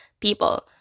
people